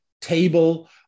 table